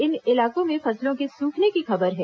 इन इलाकों में फसलों के सूखने की खबर है